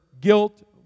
guilt